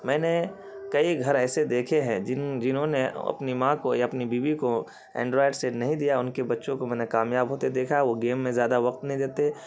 میں نے کئی گھر ایسے دیکھے ہیں جنہوں نے اپنی ماں کو یا اپنی بیوی کو اینڈرائڈ سے نہیں دیا ان کے بچوں کو میں نے کامیاب ہوتے دیکھا ہے وہ گیم میں زیادہ وقت نہیں دیتے